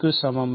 க்கு சமம்